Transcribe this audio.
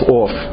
off